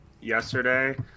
yesterday